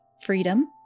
freedom